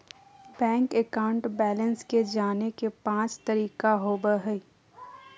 bank account balance के जाने के पांच तरीका होबो हइ